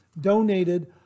donated